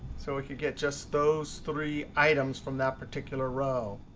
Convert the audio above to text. so we could get just those three items from that particular row.